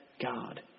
God